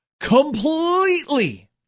completely